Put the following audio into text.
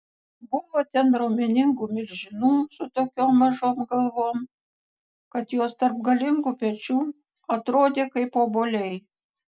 buvo ten raumeningų milžinų su tokiom mažom galvom kad jos tarp galingų pečių atrodė kaip obuoliai